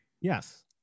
Yes